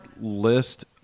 list